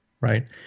Right